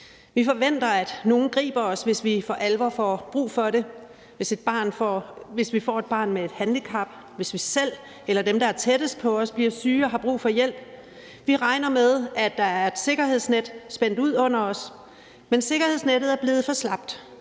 Vi forventer, at nogle griber os, hvis vi for alvor får brug for det, f.eks. hvis vi får et barn med et handicap, eller hvis vi selv eller dem, der er tættest på os, bliver syge og har brug for hjælp. Vi regner med, at der er et sikkerhedsnet spændt ud under os, men sikkerhedsnettet er blevet for slapt.